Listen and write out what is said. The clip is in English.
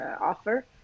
offer